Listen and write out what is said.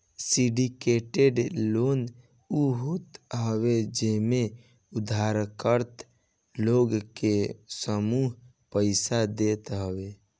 syndicated loan उ होत हवे जेमे उधारकर्ता लोग के समूह पईसा देत हवे